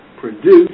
produce